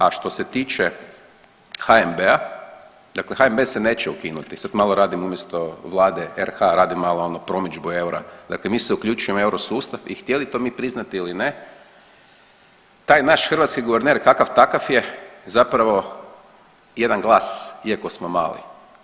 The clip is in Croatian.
A što se tiče HNB-a, dakle HNB se neće ukinuti, sad radim malo umjesto Vlade RH, radim malo ono promidžbu eura, dakle mi se uključujemo u euro sustav i htjeli to mi priznati ili ne taj naš hrvatski guverner kakav takav je, zapravo jedan glas iako smo mali.